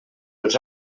els